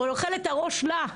אוכלת את הראש לה,